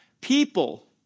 people